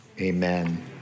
amen